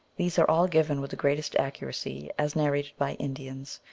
these are all given with the greatest accuracy as narrated by indians,